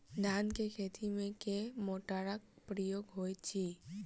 धान केँ खेती मे केँ मोटरक प्रयोग होइत अछि?